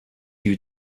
you